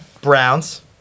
browns